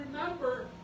remember